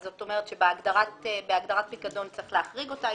זאת אומרת שבהגדרת פיקדון צריך להחריג אותה.